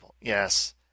Yes